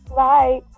bye